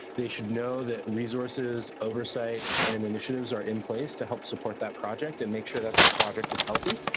they should know that resources, oversight, and initiatives are in place to help support that project and make sure that that project is healthy.